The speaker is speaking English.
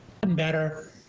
better